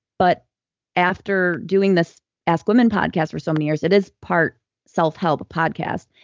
but after doing this ask women podcast for so many years, it is part self-help podcast.